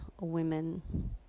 women